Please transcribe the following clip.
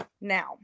Now